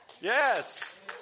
Yes